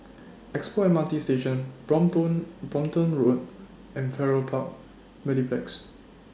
Expo M R T Station Brompton Brompton Road and Farrer Park Mediplex